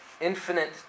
Infinite